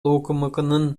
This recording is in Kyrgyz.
укмкнын